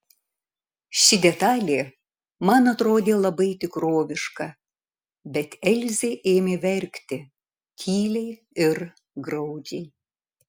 ši detalė man atrodė labai tikroviška bet elzė ėmė verkti tyliai ir graudžiai